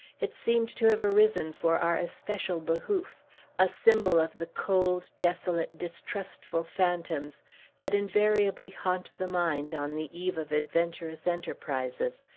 it seemed to have arisen for our especial behoof a symbol of the cold, desolate, distrustful phantoms that invariably haunt the mind, on the eve of adventurous enterprises,